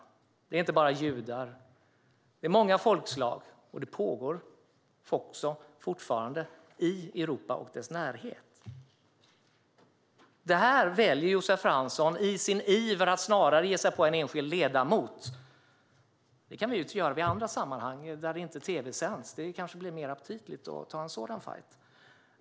Det gäller inte bara judar utan många folkslag, och det pågår fortfarande i Europa och dess närhet. Josef Fransson väljer i stället att ge sig på en enskild ledamot. Det kan vi göra i andra sammanhang där det inte tv-sänds - det kanske blir mer aptitligt att ta en sådan fajt.